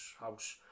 house